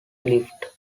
lift